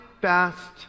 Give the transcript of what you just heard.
fast